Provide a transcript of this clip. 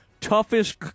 toughest